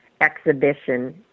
exhibition